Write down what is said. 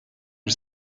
bir